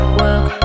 work